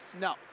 No